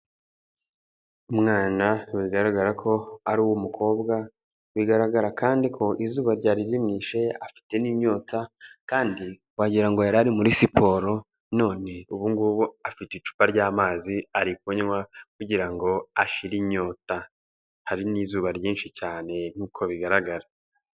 Umwana bigaragara ko ari uw'umukobwa bigaragara kandi ko izuba ryari rmwishe afite n'inyota kandi wagirango ngo yari ari muri siporo none ubu ngubu afite icupa ry'amazi ari kunywa kugira ashire inyota. Hari n'izuba ryinshi cyane nk'uko bigaragara.